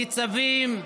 ניצבים,